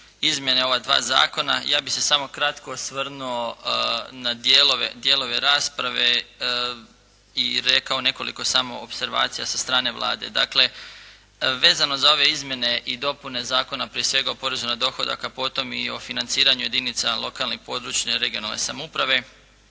izmjene ova dva zakona. Ja bih se samo kratko osvrnuo na dijelove rasprave i rekao nekoliko samo opservacija sa strane Vlade. Dakle, vezano za ove izmjene i dopune zakona, prije o porezu na dohodak, a potom i o financiranju jedinica lokalne i područne regionalne samouprave.